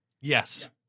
Yes